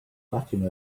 fatima